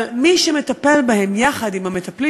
אבל מי שמטפלות בהם יחד עם המטפלים